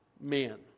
men